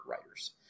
writers